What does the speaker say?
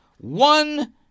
one